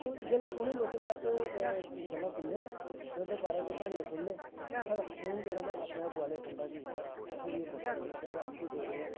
तां जेल्लै उ'नें लोकें दे अस गल्लां सुनने ना ते उं'दे बारे च कोई क्हानियां सुनने तां साढ़ा खून जेह्ड़ा ना अपने आप बोआले खंदा ऐ कि यार असें गी बी मौका लग्गना चाहिदा अस बी डोगरे आं